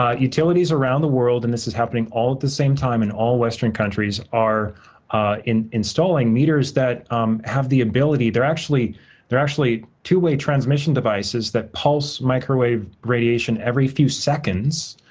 ah utilities around the world, and this is happening all at the same time in all western countries, are installing meters that have the ability, they're actually they're actually two way transmission devices that pulse microwave radiation every few seconds,